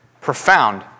profound